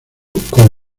con